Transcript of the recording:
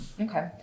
Okay